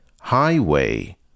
highway